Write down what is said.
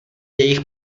jejich